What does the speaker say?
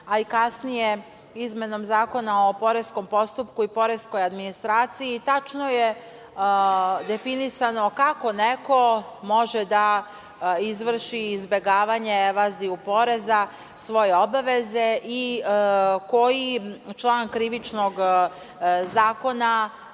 a i kasnije, izmenom Zakona o poreskom postupku i poreskoj administraciji tačno je definisano kako neko može da izvrši izbegavanje, evaziju poreza, svoje obaveze i koji član Krivičnog zakona